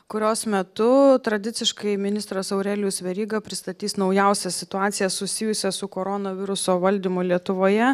kurios metu tradiciškai ministras aurelijus veryga pristatys naujausią situaciją susijusią su koronaviruso valdymu lietuvoje